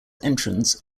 entrance